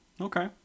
Okay